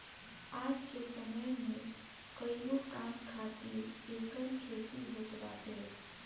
आज के समय में कईगो काम खातिर एकर खेती होत बाटे